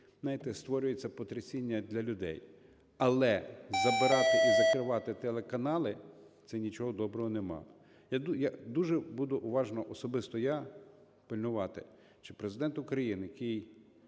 знаєте, створюється потрясіння для людей. Але забирати і закривати телеканали – це нічого доброго нема. Я дуже буду уважно, особисто я, пильнувати, чи Президент України, який